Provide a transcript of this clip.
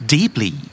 Deeply